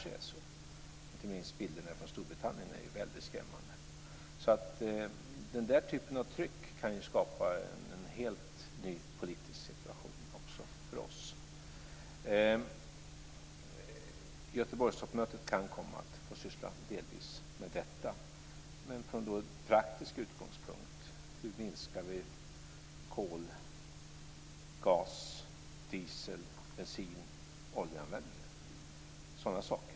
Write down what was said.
Inte minst bilderna från Storbritannien är väldigt skrämmande. Den typen av tryck kan skapa en helt ny politisk situation också för oss. Göteborgstoppmötet kan delvis komma att få syssla med detta, men då från en praktisk utgångspunkt - hur vi minskar kol-, gas-, diesel-, bensin och oljeanvändningen och sådana saker.